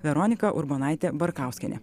veronika urbonaitė barkauskienė